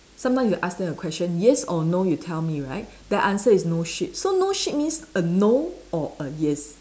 sometimes you ask them a question yes or no you tell me right their answer is no shit so no shit means a no or a yes